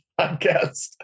podcast